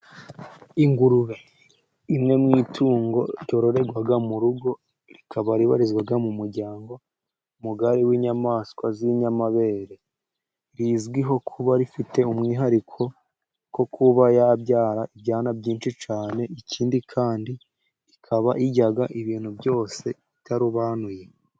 Ingurube imwe mu itungo ryororerwa mu rugo, rikaba ribarizwa mu muryango mugari w'inyamaswa z'inyamabere .Rizwiho kuba rifite umwihariko wo kuba yabyara ibyana byinshi cyane. Ikindi kandi ikaba irya ibintu byose itarobanuye.